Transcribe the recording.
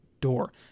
door